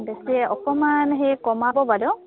বেছি অকমান হেৰি কমাব বাইদেউ